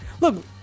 Look